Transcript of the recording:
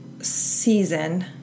season